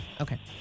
Okay